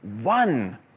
one